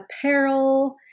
apparel